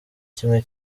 kimwe